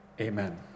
amen